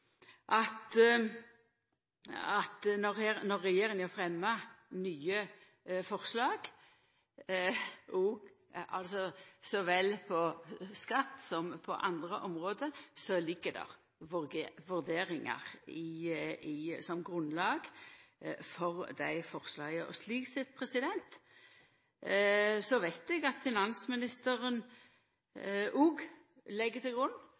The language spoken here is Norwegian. at når regjeringa fremjar nye forslag på så vel skatt som på andre område, ligg det vurderingar som grunnlag for dei forslaga. Slik sett veit eg at finansministeren òg legg til grunn